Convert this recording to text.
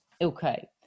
okay